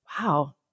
Wow